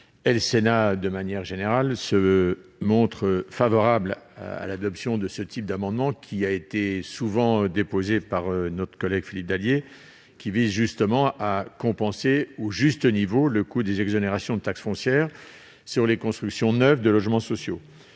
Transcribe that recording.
le Sénat en général, est favorable à l'adoption d'amendements de ce type, souvent déposés par notre collègue Philippe Dallier, visant à compenser au juste niveau le coût des exonérations de taxe foncière sur les constructions neuves de logements sociaux.